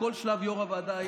בכל שלב יו"ר הוועדה,